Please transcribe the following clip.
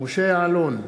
משה יעלון,